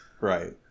right